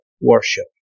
worship